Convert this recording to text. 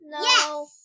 No